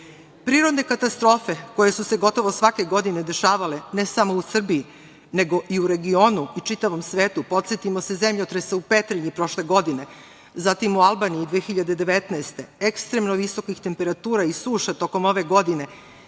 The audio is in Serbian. katastrofe koje su se gotovo svake godine dešavale, ne samo u Srbiji, nego i u regionu i čitavom svetu, podsetimo se zemljotresa u Petrilji prošle godine, zatim u Albaniji 2019. godine, ekstremno visokih temperatura i suša tokom ove godine,